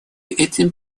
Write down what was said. этим